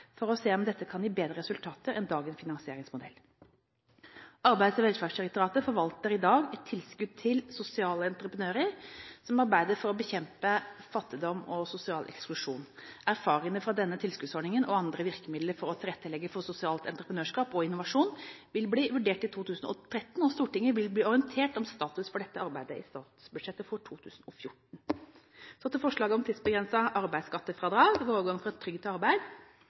for å se om dette kan gi bedre resultater enn dagens finansieringsmodell. Arbeids- og velferdsdirektoratet forvalter i dag et tilskudd til sosiale entreprenører som arbeider for å bekjempe fattigdom og sosial eksklusjon. Erfaringene fra denne tilskuddsordningen og andre virkemidler for å tilrettelegge for sosialt entreprenørskap og innovasjon vil bli vurdert i 2013. Stortinget vil bli orientert om status for dette arbeidet i statsbudsjettet for 2014. Så til forslaget om tidsbegrenset arbeidsskattefradrag og overgang fra trygd til arbeid.